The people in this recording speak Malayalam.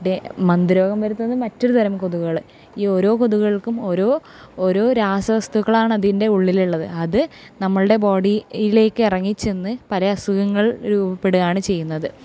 മന്ത് രോഗം പരത്തുന്ന മറ്റൊരു തരം കൊതുകുകൾ ഈ ഓരോ കൊതുകുകൾക്കും ഓരോ ഓരോ രാസ വസ്തുക്കളാണ് അതിൻ്റെ ഉള്ളിലുള്ളത് അത് നമ്മുടെ ബോഡിയിലേക്ക് ഇറങ്ങിച്ചെന്ന് പല അസുഖങ്ങൾ രൂപപ്പെടുകയാണ് ചെയ്യുന്നത്